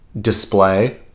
display